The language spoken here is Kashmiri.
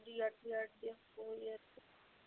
ریٹ ویٹ دِن ہُہ یہِ